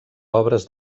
obres